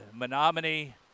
Menominee